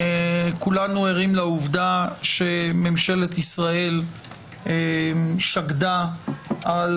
כולנו ערים לעובדה שממשלת ישראל שקדה על